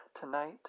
to-night